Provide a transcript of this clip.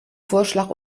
vorschlag